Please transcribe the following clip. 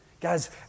Guys